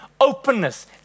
openness